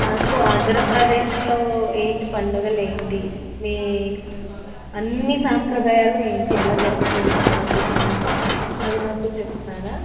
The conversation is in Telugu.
నాకు ఆంధ్రప్రదేశ్లో ఏంటి పండగలు ఏంటి నీ అన్ని సంప్రదాయాలు ఏంటి ఎలా జరుపుకుంటారు ఎలా ఉంటాయి అవి నాకు చెప్తారా